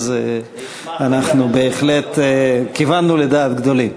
ואנחנו בהחלט כיוונו לדעת גדולים.